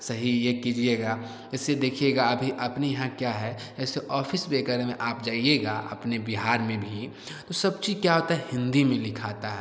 सही यह कीजिएगा जैसे देखिएगा अभी अपने यहाँ क्या है ऐसे ऑफिस वग़ैरह में आप जाइएगा अपने बिहार में भी तो सब चीज़ क्या होता है हिन्दी में लिखा होता है